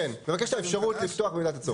כן, הוא מבקש את האפשרות לפתוח במידת הצורך.